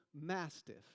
Mastiff